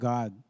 God